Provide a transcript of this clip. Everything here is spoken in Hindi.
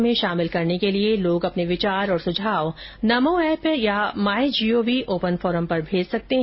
कार्यक्रम में शामिल करने के लिए लोग अपने विचार और सुझाव नमो एप या माई जीओवी ओपन फोरम पर भेज सकते हैं